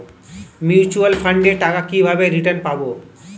Mutual ফান্ডের টাকা কিভাবে রিটার্ন পাব?